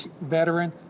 veteran